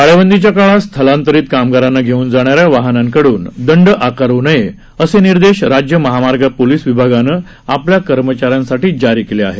टाळेबंदीच्या काळात स्थलांतरित कामगारांना घेऊन जाणाऱ्या वाहनांकडून दंड आकारू नये असे निर्देश राज्य महामार्ग ोलिस विभागानं आ ल्या कर्मचाऱ्यांसाठी जारी केले आहेत